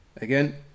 Again